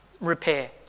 repair